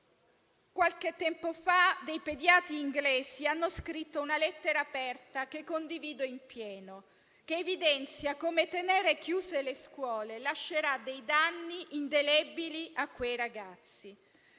Qualche tempo fa, dei pediatri inglesi hanno scritto una lettera aperta, che condivido in pieno, che evidenzia come tenere chiuse le scuole lascerà dei danni indelebili ai ragazzi.